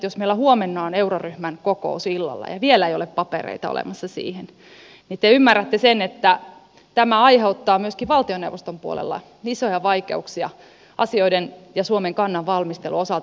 jos meillä huomenna on euroryhmän kokous illalla ja vielä ei ole papereita olemassa siihen niin te ymmärrätte sen että tämä aiheuttaa myöskin valtioneuvoston puolella isoja vaikeuksia asioiden ja suomen kannan valmistelun osalta